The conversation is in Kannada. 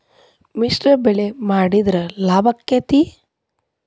ಮಿಶ್ರ ಬೆಳಿ ಮಾಡಿದ್ರ ಲಾಭ ಆಕ್ಕೆತಿ?